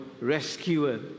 rescuer